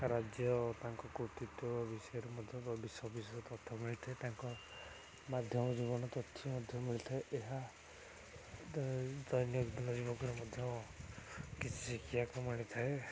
ରାଜ୍ୟ ତାଙ୍କ କୃତିତ୍ୱ ବିଷୟରେ ମଧ୍ୟ ତଥ୍ୟ ମିଳିଥାଏ ତାଙ୍କ ମାଧ୍ୟମ ଜୀବନ ତଥ୍ୟ ମଧ୍ୟ ମିଳିଥାଏ ଏହା ଦୈନଦିନ ଯୁବକରେ ମଧ୍ୟ କିଛି ଶିଖିବାକୁ ମିଳିଥାଏ